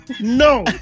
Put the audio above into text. No